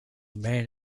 man